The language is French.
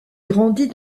grandit